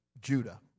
Judah